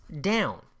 down